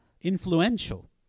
influential